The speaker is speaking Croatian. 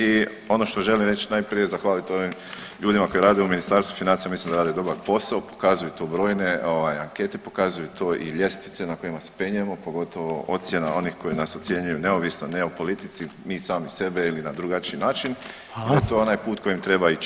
I ono što želim reći najprije zahvaliti ovim ljudima koji rade u Ministarstvu financija, mislim da rade dobar posao, pokazuju to brojne ankete, pokazuju to i ljestvice na kojima se penjemo pogotovo ocjena onih koji nas ocjenjuju neovisno o … politici mi sami sebe ili na drugačiji način [[Upadica Reiner: Hvala.]] da je to onaj put kojim treba ići.